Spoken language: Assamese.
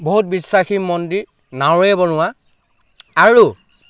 বহুত বিশ্বাসী মন্দিৰ নাৱেৰে বনোৱা আৰু